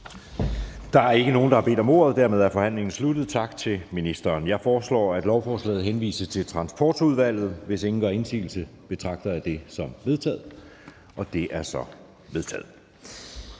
Der er ikke nogen, der har bedt om ordet. Dermed er forhandlingen sluttet. Tak til ministeren. Jeg foreslår, at lovforslaget henvises til Transportudvalget. Hvis ingen gør indsigelse, betragter jeg det som vedtaget. Det er vedtaget.